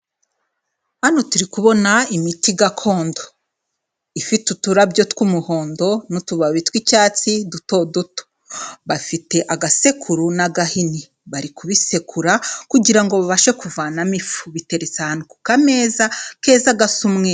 Hano turi kubona imiti gakondo. Ifite uturabyo tw'umuhondo n'utubabi tw'icyatsi duto duto. Bafite agasekuru n'agahini. Bari kubisekura kugira ngo babashe kuvanamo ifu. Biteretse ahantu ku kameza keza gasa umweru.